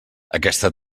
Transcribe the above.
aquesta